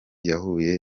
yahuye